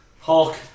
Hulk